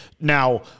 Now